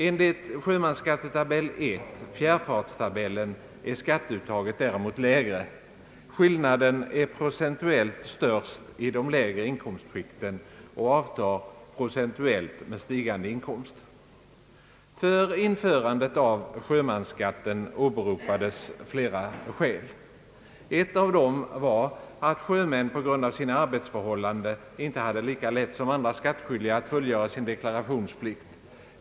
Enligt sjömansskattetabell I — fjärrfartstabellen är skatteuttaget däremot lägre. Skillnaden är procentuellt störst i de lägre inkomstskikten och avtar — procentuellt — med stigande inkomst. För införande av sjömansskatten åberopades flera skäl. Ett av dessa var att sjömän på grund av sina arbetsförhållanden inte hade lika lätt som andra skattskyldiga att fullgöra sin deklarationsplikt.